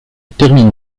termine